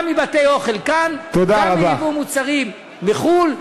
גם בבתי-אוכל כאן, גם בייבוא מוצרים מחו"ל.